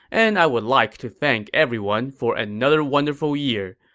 and i would like to thank everyone for another wonderful year.